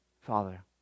Father